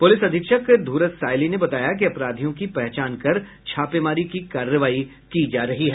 police अधीक्षक धूरत सायली ने बताया कि अपराधियों की पहचान कर छापेमारी की कार्रवाई की जा रही है